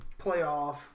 playoff